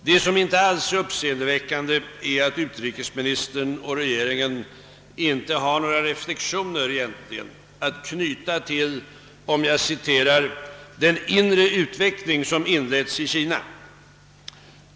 Det som inte alls är uppseendeväckande är att utrikesministern och regeringen inte har några egentliga reflexioner att knyta till »den inre utveckling som inletts i Kina».